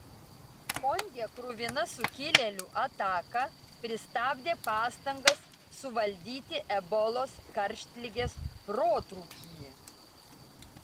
konge kruvina sukilėlių ataka pristabdė pastangas suvaldyti ebolos karštligės protrūkį